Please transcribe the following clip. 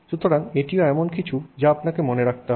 সুতরাং এটিও এমন কিছু যা আপনাকে মনে রাখতে হবে